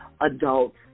adults